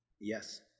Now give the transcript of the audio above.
yes